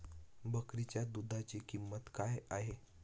बकरीच्या दूधाची किंमत काय आहे?